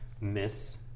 miss